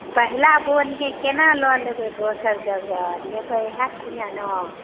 पहिला बोहनी हइ केना लऽ लेबै दोसर जगह लेबै इएह ठियाँ ने